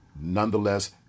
nonetheless